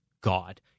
God